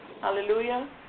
hallelujah